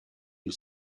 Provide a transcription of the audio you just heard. you